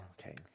Okay